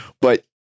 But-